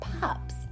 pups